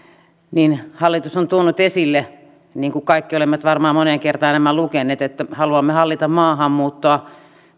niin hallitus on tuonut esille niin kuin kaikki olemme varmaan moneen kertaan nämä lukeneet että haluamme hallita maahanmuuttoa